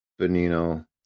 Benino